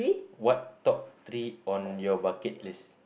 what top three on your bucket list